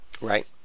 Right